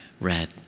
red